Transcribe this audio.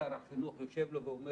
שר החינוך יושב לו ואומר